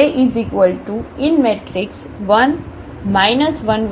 A1 1